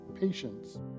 patience